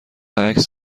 عکس